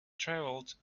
travelled